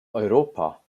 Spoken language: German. europa